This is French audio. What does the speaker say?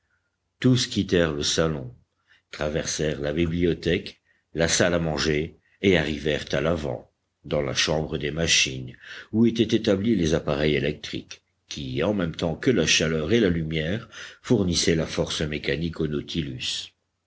tous quittèrent le salon traversèrent la bibliothèque la salle à manger et arrivèrent à l'avant dans la chambre des machines où étaient établis les appareils électriques qui en même temps que la chaleur et la lumière fournissaient la force mécanique au nautilus